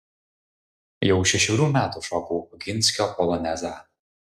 jau šešerių metų šokau oginskio polonezą